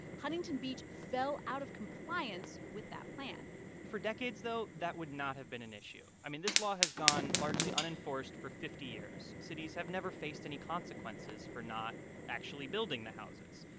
huntington beach fell out of compliance with that plan for decades, though, that would not have been an issue. i mean, this law has gone largely unenforced for fifty years. cities have never faced any consequences for not actually building the houses.